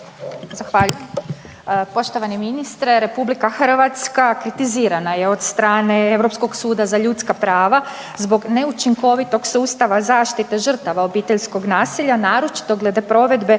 nasilje. U tom smjeru RH kritizirana je od strane Europskog suda za ljudska prava zbog neučinkovitog sustava zaštite žrtava obiteljskog nasilja, naročito glede provedbe